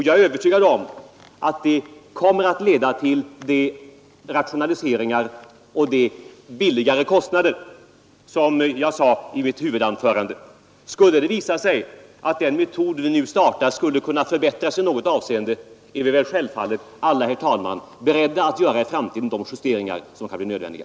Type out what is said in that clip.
Jag är övertygad om att det kommer att leda till de rationaliseringar och de lägre kostnader som jag talade om i mitt huvudanförande. Skulle det visa sig att den metod vi nu startar med kan förbättras i något avseende är vi väl självfallet alla beredda att i framtiden göra de justeringar som kan bli nödvändiga.